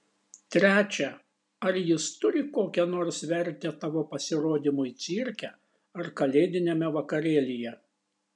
trečia ar jis turi kokią nors vertę tavo pasirodymui cirke ar kalėdiniame vakarėlyje